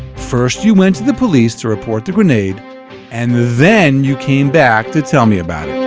first you went to the police to report the grenade and then you came back to tell me about